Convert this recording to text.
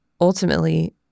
ultimately